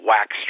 Wax